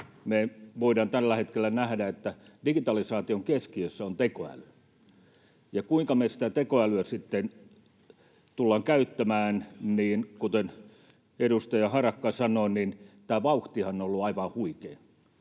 Me voidaan tällä hetkellä nähdä, että digitalisaation keskiössä on tekoäly. Siinä, kuinka me sitä tekoälyä sitten tullaan käyttämään, kuten edustaja Harakka sanoi, tämä vauhtihan on ollut aivan huikea.